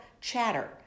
Chatter